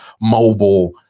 mobile